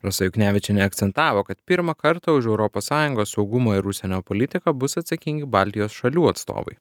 rasa juknevičienė akcentavo kad pirmą kartą už europos sąjungos saugumo ir užsienio politiką bus atsakingi baltijos šalių atstovai